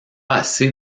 assez